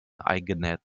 eingenäht